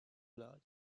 blood